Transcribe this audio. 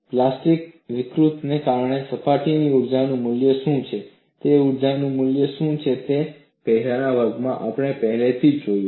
plastic વિકૃતિને કારણે સપાટીની ઊર્જાનું મૂલ્ય શું છે અને ઊર્જાનું મૂલ્ય શું છે તે પહેલાના વર્ગોમાં આપણે પહેલેથી જ જોયું છે